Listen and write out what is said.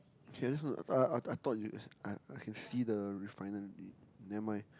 okay I just want to uh I I thought you I can see the refinery never mind